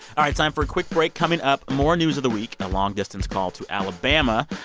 all right, time for a quick break. coming up more news of the week, a long-distance call to alabama,